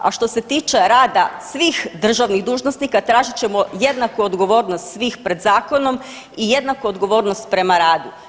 A što se tiče rada svih državnih dužnosnika tražit ćemo jednaku odgovornost svih pred zakonom i jednaku odgovornost prema radu.